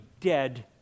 dead